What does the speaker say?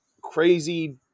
crazy